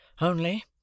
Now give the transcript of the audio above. Only